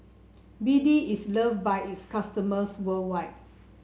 B D is loved by its customers worldwide